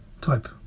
type